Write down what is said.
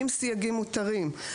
עם סייגים מותרים,